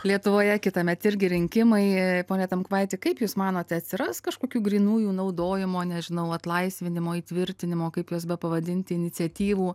lietuvoje kitąmet irgi rinkimai pone tamkvaiti kaip jūs manote atsiras kažkokių grynųjų naudojimo nežinau atlaisvinimo įtvirtinimo kaip juos bepavadinti iniciatyvų